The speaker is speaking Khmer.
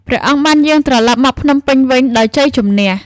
ព្រះអង្គបានយាងត្រឡប់មកភ្នំពេញវិញដោយជ័យជម្នះ។